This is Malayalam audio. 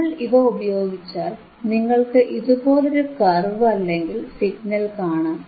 നമ്മൾ ഇവ ഉപയോഗിച്ചാൽ നിങ്ങൾക്ക് ഇതുപോലെ രു കർവ് അല്ലെങ്കിൽ സിഗ്നൽ കാണാം